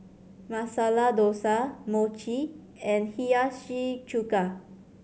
Masala Dosa Mochi and Hiyashi Chuka